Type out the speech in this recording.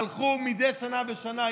הלכו מדי שנה בשנה.